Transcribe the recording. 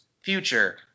future